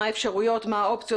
מה האפשרויות ומה האופציות,